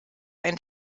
ein